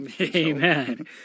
Amen